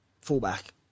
fullback